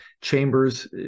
Chambers